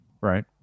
right